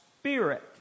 spirit